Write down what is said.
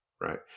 right